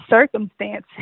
circumstance